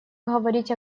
говорить